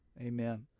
Amen